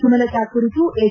ಸುಮಲತಾ ಕುರಿತು ಹೆಚ್